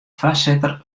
foarsitter